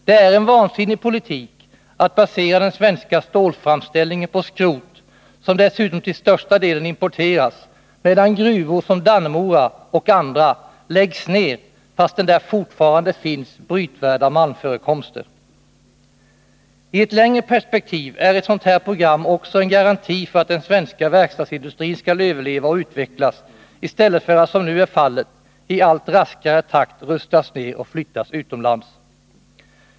Det är en vansinnig politik att basera den svenska stålframställningen på skrot, som dessutom till största delen importeras, medan gruvor som Dannemora och andra läggs ner, fastän där fortfarande finns brytvärda malmförekomster. I ett längre perspektiv är ett sådant här program också en garanti för att den svenska verkstadsindustrin skall överleva och utvecklas i stället för att, som nu är fallet, i allt raskare takt rustas ner och flyttas utomlands.